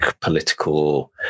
political